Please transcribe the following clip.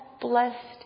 blessed